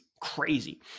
crazy